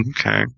Okay